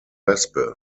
wespe